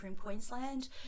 Queensland